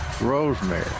Rosemary